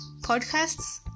podcasts